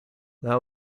that